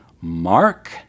Mark